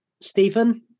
Stephen